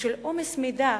ושל עומס מידע